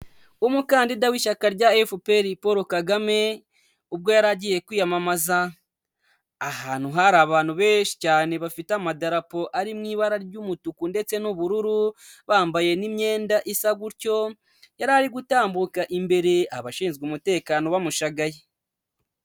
Umukandida w'ishyaka rya FPR Paul Kagame, ubwo yari agiye kwiyamamaza ahantu hari abantu benshi cyane bafite amadarapo ari mu ibara ry'umutuku ndetse n'ubururu, bambaye n'iyenda isa gutyo, yari ari gutambuka imbere, abashinzwe umutekano bamushagaye.